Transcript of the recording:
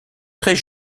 très